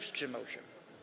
Wstrzymał się?